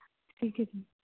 ਠੀਕ ਹੈ ਜੀ